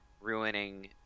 ruining